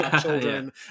children